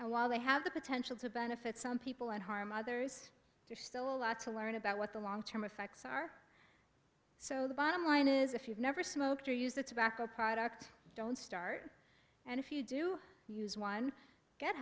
and while they have the potential to benefit some people and harm others there's still a lot to learn about what the long term effects are so the bottom line is if you've never smoked or use a tobacco product don't start and if you do use one g